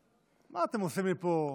מה אתם עושים לי פה?